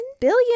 Billion